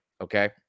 Okay